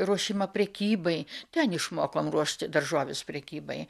ruošimą prekybai ten išmokom ruošti daržoves prekybai